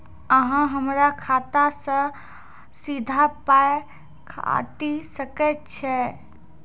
अहॉ हमरा खाता सअ सीधा पाय काटि सकैत छी?